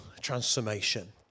transformation